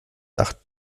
acht